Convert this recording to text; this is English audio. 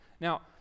Now